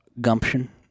gumption